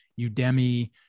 Udemy